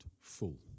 full